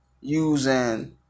using